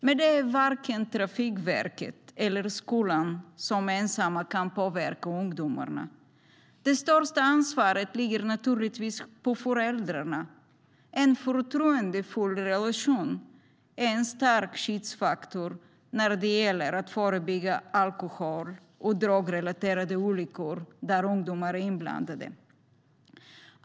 Men det är varken Trafikverket eller skolan som ensamma kan påverka ungdomarna. Det största ansvaret ligger naturligtvis på föräldrarna. En förtroendefull relation är en stark skyddsfaktor när det gäller att förebygga alkohol och drogrelaterade olyckor där ungdomar är inblandade.